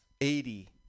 eighty